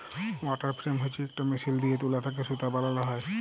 water frame হছে ইকট machine দিঁয়ে তুলা থ্যাকে সুতা বালাল হ্যয়